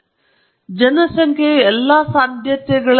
ಆದ್ದರಿಂದ ಈ ಸಂಪೂರ್ಣ ಜನಸಂಖ್ಯೆಯು ಉದಾಹರಣೆಗೆ ಕೆಲವು ಸರಾಸರಿ ಹೊಂದಿದೆ